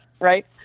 Right